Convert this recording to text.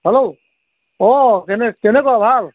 hello অ কেনে কেনেকুৱা ভাল